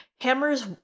hammers